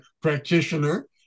practitioner